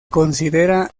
considera